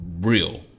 real